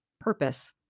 purpose